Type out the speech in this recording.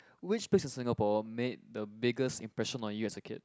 which place in Singapore made the biggest impression on you as a kid